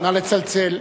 נא לצלצל.